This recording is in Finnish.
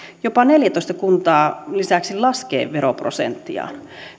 jopa neljätoista kuntaa lisäksi laskee veroprosenttiaan